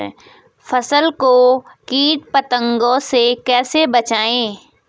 फसल को कीट पतंगों से कैसे बचाएं?